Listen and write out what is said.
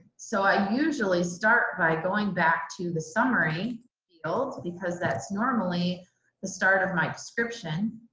so i usually start by going back to the summary field because that's normally the start of my description